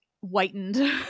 whitened